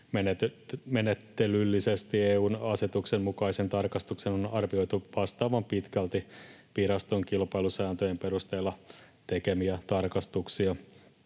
Menettelyllisesti EU:n asetuksen mukaisen tarkastuksen on arvioitu vastaavan pitkälti viraston kilpailusääntöjen perusteella tekemiä tarkastuksia.